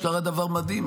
שקרה דבר מדהים,